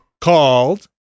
called